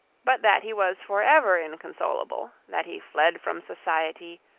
but that he was for ever inconsolable, that he fled from society,